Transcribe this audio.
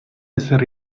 ezer